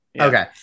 okay